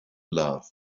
love